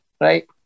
right